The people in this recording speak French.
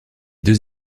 deux